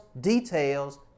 details